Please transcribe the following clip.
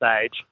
stage